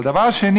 אבל דבר שני,